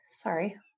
sorry